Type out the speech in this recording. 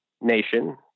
nation